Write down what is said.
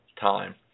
time